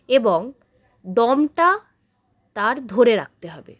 এবং দমটা তার ধরে রাখতে হবে